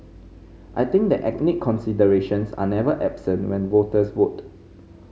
I think that ethnic considerations are never absent when voters vote